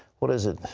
what is it,